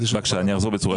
אני אחזור בצורה שונה.